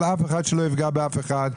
אבל אף אחד שלא יפגע באף אחד,